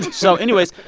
so anyways,